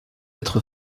être